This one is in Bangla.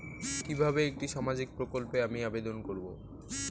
কিভাবে একটি সামাজিক প্রকল্পে আমি আবেদন করব?